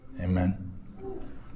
Amen